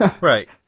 Right